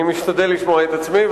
אני משתדל לשמוע את עצמי,